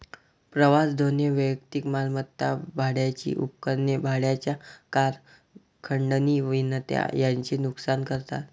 प्रवास धोरणे वैयक्तिक मालमत्ता, भाड्याची उपकरणे, भाड्याच्या कार, खंडणी विनंत्या यांचे नुकसान करतात